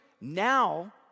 now